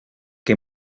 que